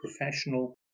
professional